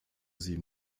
sie